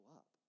up